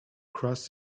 cross